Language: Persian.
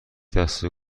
دسته